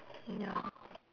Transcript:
ya